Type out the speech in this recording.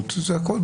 משמעות?